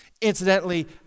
Incidentally